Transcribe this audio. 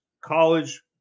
college